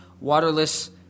waterless